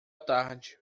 tarde